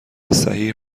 صحیح